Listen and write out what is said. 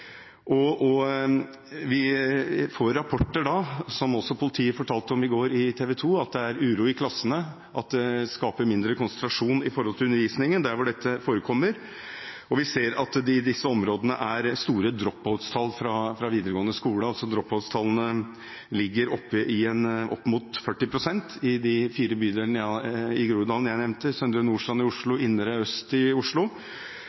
Vi får rapporter, som også politiet fortalte om på TV 2 i går, om at det er uro i klassene, og at det skaper mindre konsentrasjon om undervisningen der hvor dette forekommer. Vi ser at det i disse områdene er store drop-out-tall fra videregående skole. Drop-out-tallene ligger opp mot 40 pst. i de fire bydelene i Groruddalen jeg nevnte, Søndre Nordstrand og indre øst i Oslo.